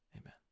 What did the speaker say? Amen